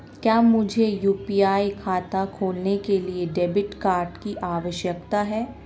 क्या मुझे यू.पी.आई खाता खोलने के लिए डेबिट कार्ड की आवश्यकता है?